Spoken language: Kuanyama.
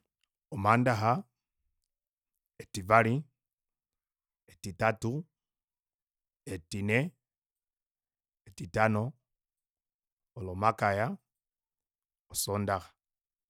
Omandaxa etivali etitatu etine etitano olomakaya osondaxa